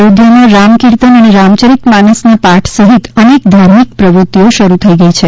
અયોધ્યામાં રામ કીર્તન અને રામયરિતમાનસના પાઠ સહિત અનેક ધાર્મિક પ્રવૃત્તિઓ શરૂ થઈ ગઈ છે